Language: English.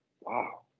Wow